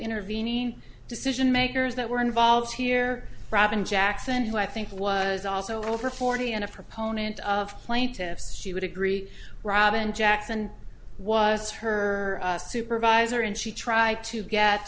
intervening decision makers that were involved here robyn jackson who i think was also over forty and a proponent of plaintiffs she would agree robin jackson was her supervisor and she tried to get